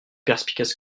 perspicace